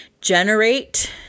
generate